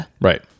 Right